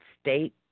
state